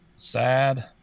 sad